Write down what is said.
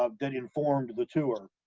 ah that informed the tour.